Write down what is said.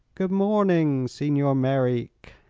good morning, signor merreek.